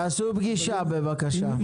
תקיימו פגישה בבקשה.